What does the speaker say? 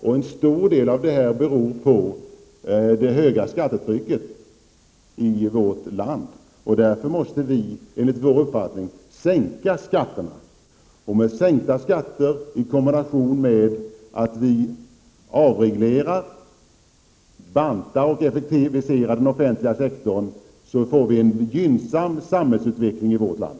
Till stor del beror detta på det höga skattetrycket i vårt land. Därför måste vi enligt vår uppfattning sänka skatterna. Genom en skattesänkning i kombination med avreglering, bantning och effektivisering av den offentliga sektorn får vi en gynnsam samhällsutveckling i vårt land.